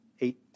eight